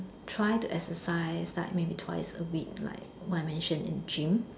try to exercise like maybe twice a week like I mention in gym